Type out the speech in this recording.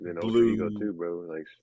Blue